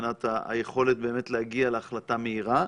מבחינת היכולת באמת להגיע להחלטה מהירה?